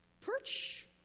Perch